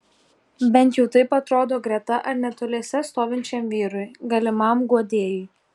bent jau taip atrodo greta ar netoliese stovinčiam vyrui galimam guodėjui